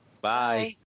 Bye